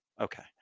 Okay